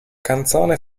canzone